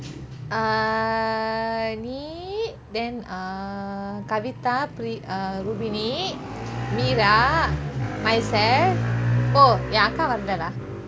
err நீ:nee then err kavita pri~ err rubini meera myself oh என் அக்கா வந்தா:en akka vantha lah